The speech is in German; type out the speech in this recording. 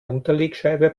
unterlegscheibe